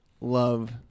love